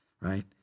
right